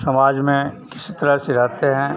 समाज में किसी तरह से रहते हैं